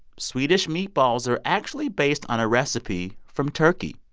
swedish meatballs are actually based on a recipe from turkey.